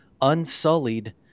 unsullied